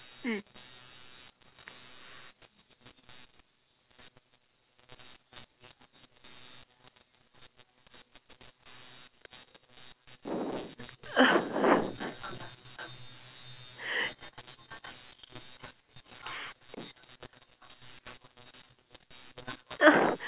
hmm